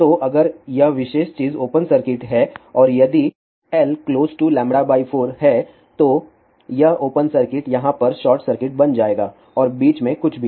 तो अगर यह विशेष चीज ओपन सर्किट है और यदि lλ 4 है तो ओपन सर्किट यहां पर शॉर्ट सर्किट बन जाएगा और बीच में कुछ भी